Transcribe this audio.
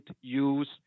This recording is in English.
use